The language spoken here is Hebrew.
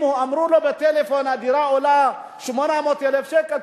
אם אמרו לו בטלפון שהדירה עולה 800,000 שקל,